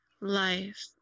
life